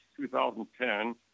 2010